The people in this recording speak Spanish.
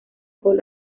con